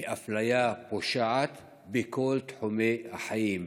מאפליה פושעת בכל תחומי החיים.